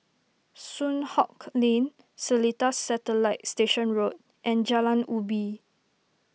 Soon Hock Lane Seletar Satellite Station Road and Jalan Ubi